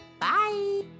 Bye